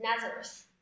Nazareth